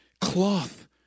cloth